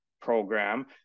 program